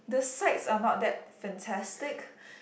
the sides are not that fantastic